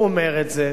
הוא אומר את זה.